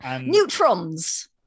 Neutrons